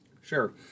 Sure